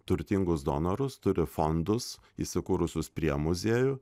turtingus donorus turi fondus įsikūrusius prie muziejų